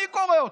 אני קורא אותו.